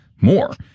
more